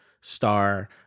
star